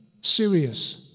serious